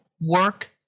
work